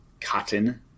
cotton